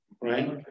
right